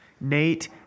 Nate